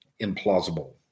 implausible